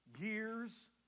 years